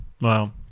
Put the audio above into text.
Wow